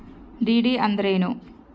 DD ಅಂದ್ರೇನು?